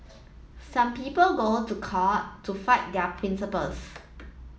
some people go to court to fight their principles